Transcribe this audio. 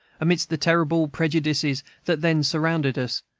amidst the terrible prejudices that then surrounded us,